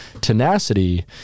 tenacity